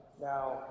Now